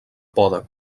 poda